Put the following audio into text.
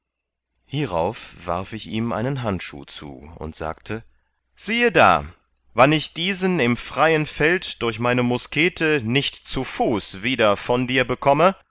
hierauf warf ich ihm einen handschuh zu und sagte siehe da wann ich diesen im freien feld durch meine muskete nicht zu fuß wieder von dir bekomme